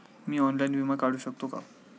मी online विमा काढू शकते का?